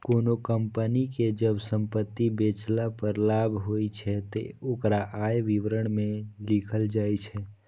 कोनों कंपनी कें जब संपत्ति बेचला पर लाभ होइ छै, ते ओकरा आय विवरण मे लिखल जाइ छै